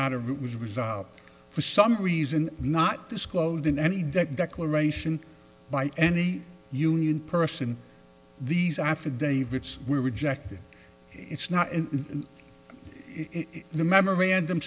nt of it was resolved for some reason not disclosed in any deck declaration by any union person these affidavits were rejected it's not in the memorandum